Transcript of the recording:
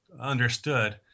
understood